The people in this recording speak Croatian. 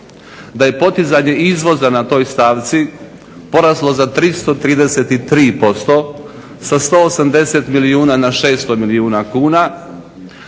da je podizanje izvoza na toj stavci poraslo za 333% sa 180 milijuna na 600 milijuna kuna,